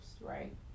right